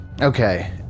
Okay